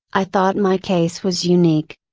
i thought my case was unique.